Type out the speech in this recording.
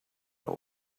all